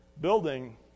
building